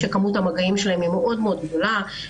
שכמות המגעים שלהם מאוד מאוד גדולה,